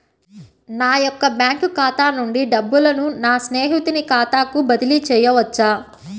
నా యొక్క బ్యాంకు ఖాతా నుండి డబ్బులను నా స్నేహితుని ఖాతాకు బదిలీ చేయవచ్చా?